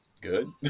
good